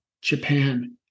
japan